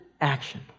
action